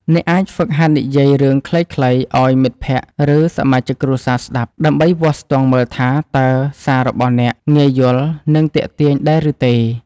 អ្នកអាចហ្វឹកហាត់និយាយរឿងខ្លីៗឱ្យមិត្តភក្តិ ឬសមាជិកគ្រួសារស្ដាប់ ដើម្បីវាស់ស្ទង់មើលថា តើសាររបស់អ្នកងាយយល់ និងទាក់ទាញដែរឬទេ។